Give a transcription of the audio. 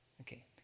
Okay